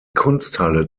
kunsthalle